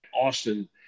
Austin